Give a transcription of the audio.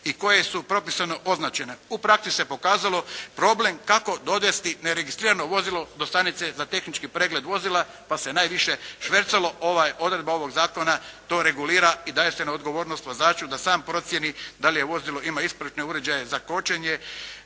i koje su propisano označene. U praksi se pokazalo problem kako dovesti neregistrirano vozilo do stanice za tehnički pregled vozila, pa se najviše švercalo. Ova je odredba ovog zakona to regulira i daje se na odgovornost vozaču da sam procijeni da li je vozila ima ispravne uređaje za kočenje,